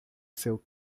seu